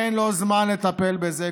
אין לו זמן לטפל בזה,